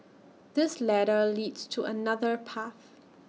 this ladder leads to another path